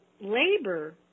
labor